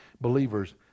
believers